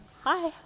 Hi